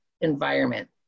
environment